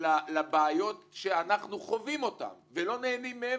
לבעיות שאנחנו חווים אותן ולא נהנים מהן,